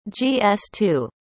gs2